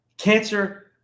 Cancer